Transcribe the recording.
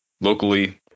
locally